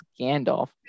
Gandalf